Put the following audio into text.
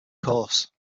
course